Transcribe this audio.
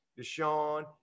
Deshaun